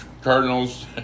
Cardinals